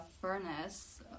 furnace